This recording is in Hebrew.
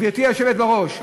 גברתי היושבת בראש,